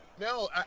No